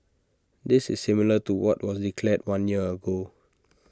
this is similar to what was declared one year ago